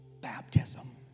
Baptism